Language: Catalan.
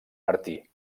martí